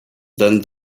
then